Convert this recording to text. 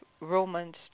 Romans